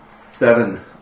Seven